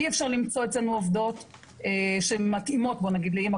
אי אפשר למצוא אצלנו עובדות שמתאימות לאמא,